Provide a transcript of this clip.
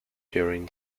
during